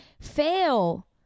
fail